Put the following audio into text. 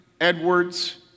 Edwards